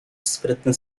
sprytny